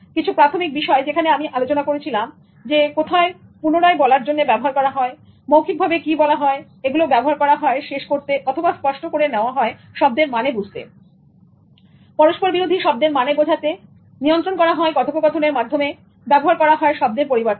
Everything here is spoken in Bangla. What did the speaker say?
কিছু প্রাথমিক বিষয় যেখানে আমি আলোচনা করেছিলাম কোথায় পুনরায় বলার জন্য ব্যবহার করা হয় মৌখিকভাবে কি বলা হয় এগুলো ব্যবহার করা হয় শেষ করতে অথবা স্পষ্ট করে নেওয়া হয় শব্দের মানে বুঝতে পরস্পরবিরোধী শব্দের মানে বোঝাতে নিয়ন্ত্রণ করা হয় কথোপকথনের ব্যবহার করা হয় শব্দের পরিবর্তে